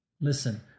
Listen